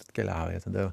atkeliauja tada